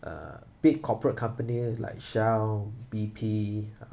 uh big corporate company like Shell B_P uh